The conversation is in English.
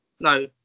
No